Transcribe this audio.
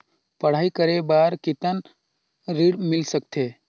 पढ़ाई करे बार कितन ऋण मिल सकथे?